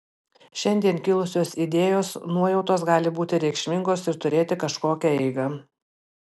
šiandien kilusios idėjos nuojautos gali būti reikšmingos ir turėti kažkokią eigą